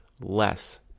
less